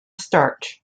starch